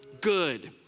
good